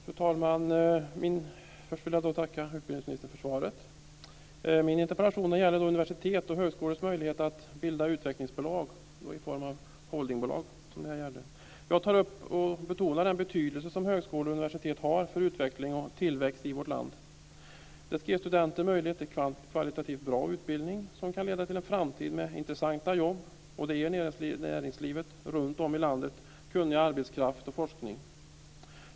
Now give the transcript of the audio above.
Fru talman! Först vill jag tacka utbildningsministern för svaret. Min interpellation gäller universitets och högskolors möjlighet att bilda utvecklingsbolag i form av holdingbolag. Jag tar upp och betonar den betydelse som högskolor och universitet har för utveckling och tillväxt i vårt land. De ska ge studenter möjlighet till en kvalitativt bra utbildning som kan leda till en framtid med intressanta jobb. Det ger näringslivet runtom i landet kunnig arbetskraft och forskning.